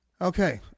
Okay